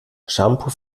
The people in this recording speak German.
shampoo